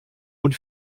und